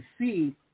see